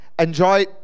Enjoy